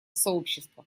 сообщества